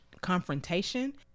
confrontation